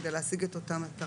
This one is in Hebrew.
כדי להשיג את אותה מטרה.